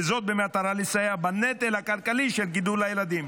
וזאת במטרה לסייע בנטל הכלכלי של גידול הילדים.